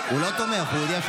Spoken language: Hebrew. הוא הודיע שהוא